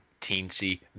teensy